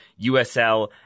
USL